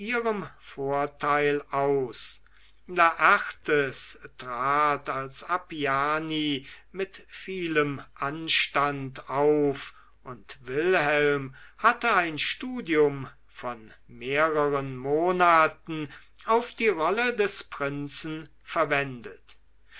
vorteil aus laertes trat als appiani mit vielem anstand auf und wilhelm hatte ein studium von mehreren monaten auf die rolle des prinzen verwendet